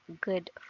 good